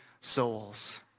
souls